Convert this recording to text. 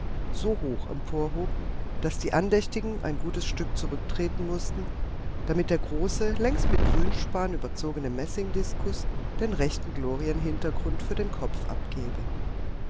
so hoch emporhob daß die andächtigen ein gutes stück zurücktreten mußten damit der große längst mit grünspan überzogene messingdiskus den rechten glorienhintergrund für den kopf abgäbe